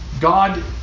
God